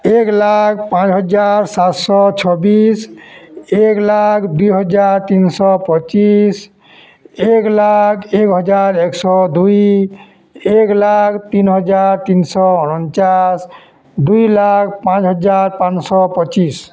ଏକ୍ ଲାଖ୍ ପାଞ୍ଚ୍ ହଜାର୍ ସାତ୍ଶହ ଛବିଶ୍ ଏକ୍ ଲାଖ୍ ଦୁଇ ହଜାର୍ ତିନଶହ ପଚିଶ୍ ଏକ୍ ଲାଖ୍ ଏକ୍ ହଜାର୍ ଏକ୍ ଶହ ଦୁଇ ଏକ୍ ଲାଖ୍ ତିନ୍ ହଜାର୍ ତିନ୍ଶହ ଅଣଚାଶ୍ ଦୁଇ ଲାଖ୍ ପାଞ୍ଚ୍ ହଜାର୍ ପାଂଶ ପଚିଶ୍